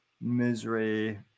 misery